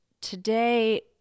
today